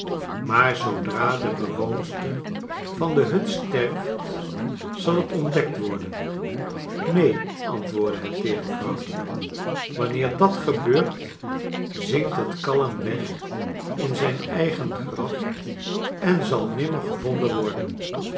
maar zoodra de bewoonster van de hut sterft zal het ontdekt worden neen antwoordde het teere vrouwtje wanneer dat gebeurt zinkt het kalm weg in zijn eigen graf en zal maimer gevonden worden